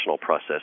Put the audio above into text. process